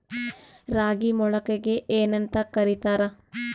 ರಾಗಿ ಮೊಳಕೆಗೆ ಏನ್ಯಾಂತ ಕರಿತಾರ?